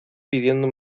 pidiendo